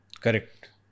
Correct